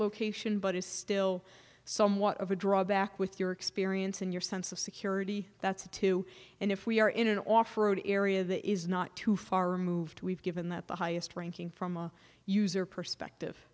location but is still somewhat of a drawback with your experience and your sense of security that's a two and if we are in an off road area that is not too far removed we've given that the highest ranking from a user perspective